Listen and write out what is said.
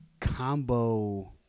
combo